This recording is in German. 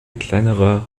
kleinerer